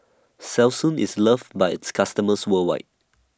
Selsun IS loved By its customers worldwide